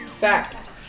fact